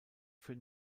für